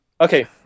okay